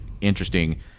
interesting